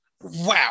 wow